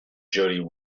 jody